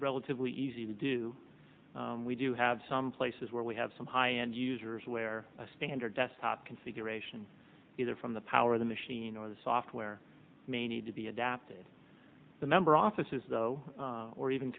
relatively easy to do we do have some places where we have some high end users where a standard desktop configuration either from the power of the machine or the software may need to be adapted the member offices though or even